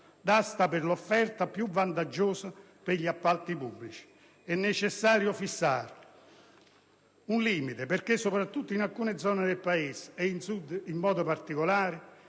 d'asta per l'offerta più vantaggiosa per gli appalti pubblici. È necessario fissare un limite perché, soprattutto in alcune zone del Paese, come il Sud, ribassi